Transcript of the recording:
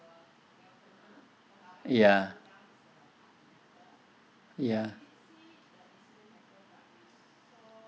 ya ya